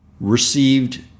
received